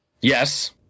yes